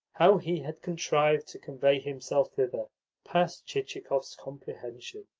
how he had contrived to convey himself thither passed chichikov's comprehension.